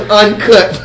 uncut